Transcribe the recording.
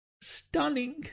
stunning